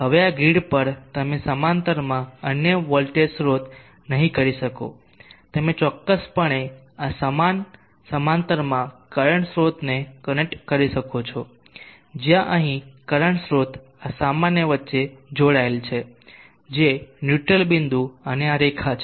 હવે આ ગ્રિડ પર તમે સમાંતરમાં અન્ય વોલ્ટેજ સ્ત્રોત નહીં કરી શકો તમે ચોક્કસપણે આ સમાન સમાંતરમાં કરંટ સ્ત્રોતને કનેક્ટ કરી શકો છો જ્યાં અહીં કરંટ સ્રોત આ સામાન્ય વચ્ચે જોડાયેલ છે જે ન્યુટ્રલ બિંદુ અને આ રેખા છે